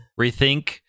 Rethink